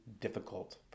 difficult